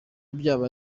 byaba